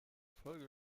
folge